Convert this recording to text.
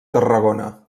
tarragona